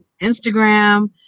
Instagram